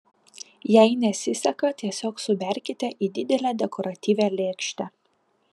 jei nesiseka tiesiog suberkite į didelę dekoratyvią lėkštę